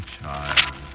child